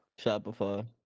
Shopify